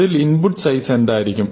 അതിൽ input size എന്തായിരിക്കും